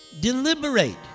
deliberate